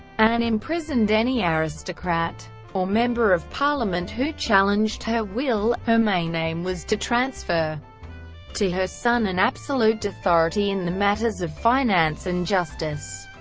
anne imprisoned any aristocrat or member of parliament who challenged her will her main aim was to transfer to her son an absolute authority in the matters of finance and justice.